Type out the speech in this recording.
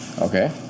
Okay